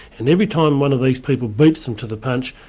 and every time one of these people beats them to the punch,